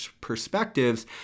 perspectives